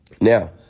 Now